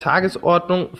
tagesordnung